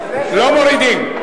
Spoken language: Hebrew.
לא מורידים.